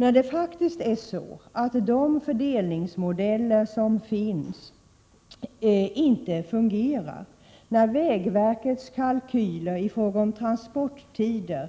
Men när de fördelningsmodeller som finns inte fungerar, när vägverkets kalkyler i fråga om transporttider,